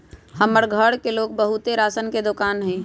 हमर घर के लग बहुते राशन के दोकान हई